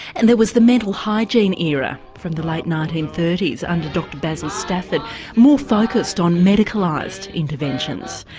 and there was the mental hygiene era from the late nineteen thirty s under dr basil stafford more focused on medicalised interventions.